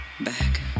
Back